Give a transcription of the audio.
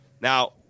Now